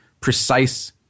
precise